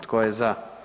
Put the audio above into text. Tko je za?